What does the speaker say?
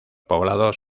poblados